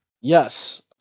Yes